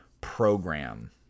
program